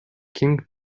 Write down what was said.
king